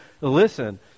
listen